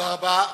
תודה רבה.